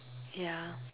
yeah